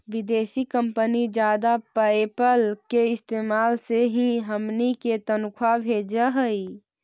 विदेशी कंपनी जादा पयेपल के इस्तेमाल से ही हमनी के तनख्वा भेजऽ हइ